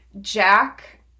jack